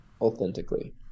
authentically